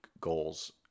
goals